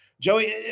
Joey